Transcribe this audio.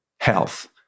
health